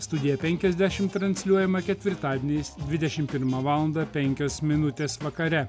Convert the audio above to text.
studija penkiasdešimt transliuojama ketvirtadieniais dvidešimt pirmą valandą penkios minutės vakare